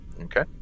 Okay